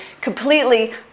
completely